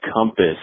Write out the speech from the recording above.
compass